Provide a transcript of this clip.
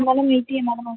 मला मिळती आहे मला माहिती आहे